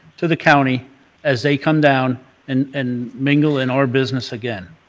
to the county as they come down and and mingle in our business again.